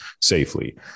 safely